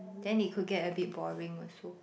then it could get a bit boring also